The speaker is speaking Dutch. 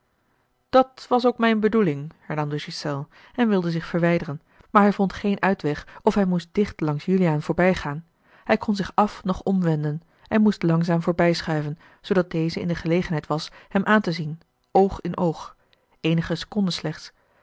dat was ook mijne bedoeling hernam de ghiselles en wilde zich verwijderen maar hij vond geen uitweg of hij moest dicht langs juliaan voorbijgaan hij kon zich af noch omwenden en moest langzaam voorbijschuiven zoodat deze in de gelegenheid was hem aan te zien oog in oog eenige seconden slechts